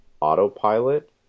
autopilot